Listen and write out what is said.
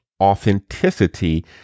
authenticity